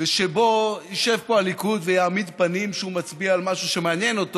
ושבו ישב פה הליכוד ויעמיד פנים שהוא מצביע על משהו שמעניין אותו.